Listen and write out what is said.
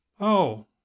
Oh